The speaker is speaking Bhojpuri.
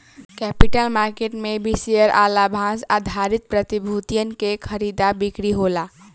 कैपिटल मार्केट में भी शेयर आ लाभांस आधारित प्रतिभूतियन के खरीदा बिक्री होला